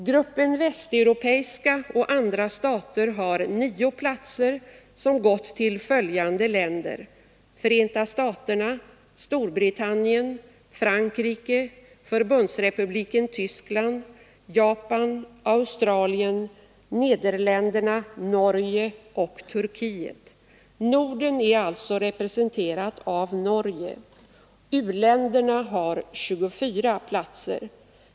Gruppen västeuropeiska och andra stater har nio platser, som gått till följande länder: Förenta Staterna, Storbritannien, Frankrike, Förbundsrepubliken Tyskland, Japan, Australien, Nederländerna, Norge och Turkiet. Norden är alltså representerat av Norge. U-länderna har 24 platser.